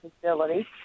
facility